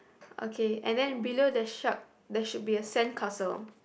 okay and then below the shark there should be a sandcastle